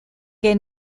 que